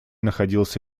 находился